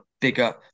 bigger